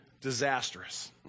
disastrous